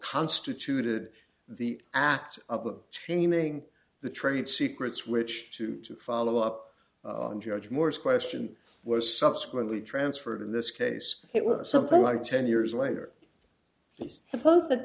constituted the act of obtaining the trade secrets which to to follow up on judge moore's question was subsequently transferred in this case it was something like ten years later it's supposed that